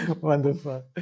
Wonderful